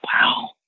wow